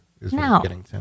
No